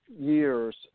Years